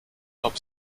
top